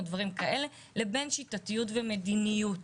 לבין שיטתיות ומדיניות.